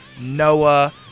Noah